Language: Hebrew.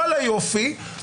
וואלה יופי,